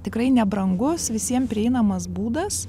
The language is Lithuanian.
tikrai nebrangus visiem prieinamas būdas